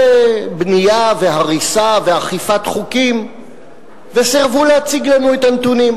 בנייה והריסה ואכיפת חוקים וסירבו להציג לנו את הנתונים.